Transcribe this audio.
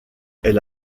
elle